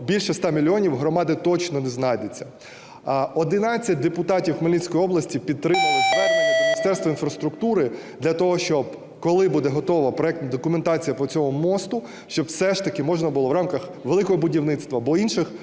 більше 100 мільйонів у громади точно не знайдеться. Одинадцять депутатів Хмельницької області підтримали звернення до Міністерства інфраструктури для того, щоб коли буде готова проектна документація по цьому мосту, щоб все ж таки можна було в рамках "Великого будівництва" або інших